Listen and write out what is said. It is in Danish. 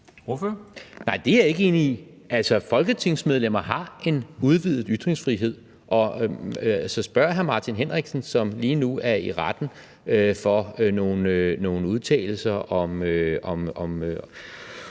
(V): Nej, det er jeg ikke enig i. Altså, folketingsmedlemmer har en udvidet ytringsfrihed. Spørg hr. Martin Henriksen, som lige nu er i retten for nogle udtalelser om